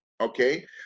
okay